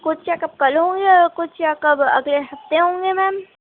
کچھ چیکپ کل ہوں گے اور کچھ چیک اگلے ہفتے ہوں گے میم